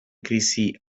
krisi